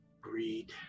Greed